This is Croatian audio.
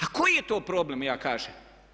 A koji je to problem ja kažem?